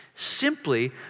simply